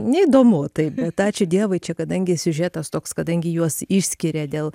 neįdomu taip ačiū dievui čia kadangi siužetas toks kadangi juos išskiria dėl